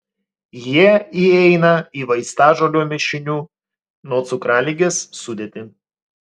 jie įeina į vaistažolių mišinių nuo cukraligės sudėtį